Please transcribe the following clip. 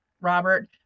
Robert